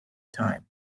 time